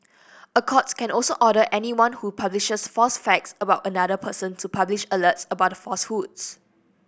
a court can also order anyone who publishes false facts about another person to publish alerts about the falsehoods